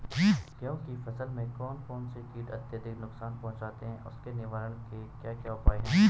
गेहूँ की फसल में कौन कौन से कीट अत्यधिक नुकसान पहुंचाते हैं उसके निवारण के क्या उपाय हैं?